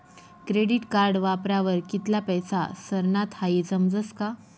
credit card वापरावर कित्ला पैसा सरनात हाई समजस का